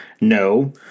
No